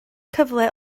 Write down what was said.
cyfle